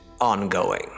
ongoing